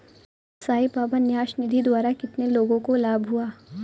साई बाबा न्यास निधि द्वारा कितने लोगों को लाभ हुआ?